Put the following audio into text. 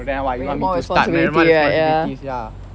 then what I start when I got more responsibilities ya